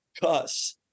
cuss